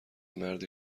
مرد